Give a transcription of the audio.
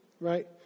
right